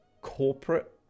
corporate